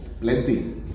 Plenty